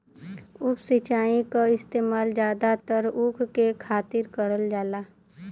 उप सिंचाई क इस्तेमाल जादातर ऊख के खातिर करल जाला